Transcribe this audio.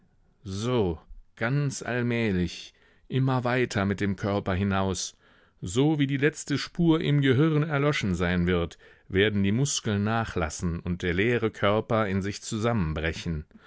so ganz allmählich immer weiter mit dem körper hinaus sowie die letzte spur im gehirn erloschen sein wird werden die muskeln nachlassen und der leere körper in sich zusammenbrechen